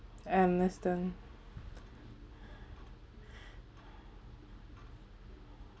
I understand